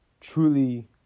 truly